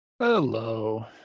hello